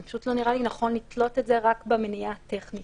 פשוט לא נראה לי נכון לתלות את זה רק במניעה הטכנית.